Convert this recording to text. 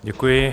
Děkuji.